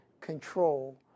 control